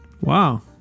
Wow